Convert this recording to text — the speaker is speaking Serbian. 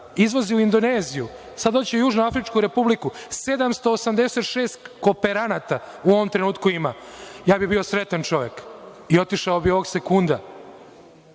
izvozi u Indoneziju, sada hoće u Južnoafričku Republiku, 786 kooperanata u ovom trenutku ima. Bio bih srećan čovek i otišao bih ovog sekunda